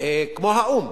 כמו האו"ם.